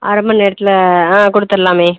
அரைமண் நேரத்தில் ஆ கொடுத்துட்லாமே